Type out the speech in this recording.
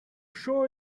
show